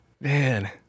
man